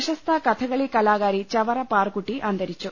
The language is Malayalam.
പ്രശസ്ത കഥകളി കലാകാരി ചവറ പാറുക്കുട്ടി അന്തരിച്ചു